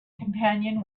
companion